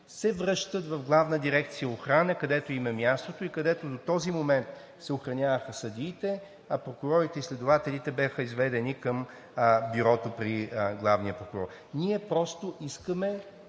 се връщат в Главна дирекция „Охрана“, където им е мястото и където до този момент се охраняваха съдиите, а прокурорите и следователите бяха изведени към Бюрото при главня прокурор. Ние искаме